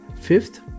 Fifth